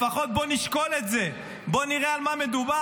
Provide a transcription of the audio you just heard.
לפחות בוא נשקול את זה, בוא נראה על מה מדובר.